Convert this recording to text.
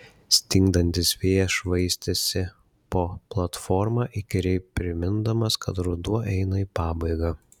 stingdantis vėjas švaistėsi po platformą įkyriai primindamas kad ruduo eina į pabaigą